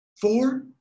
four